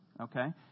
okay